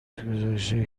گزارشهایی